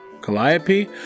Calliope